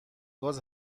گاز